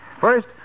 First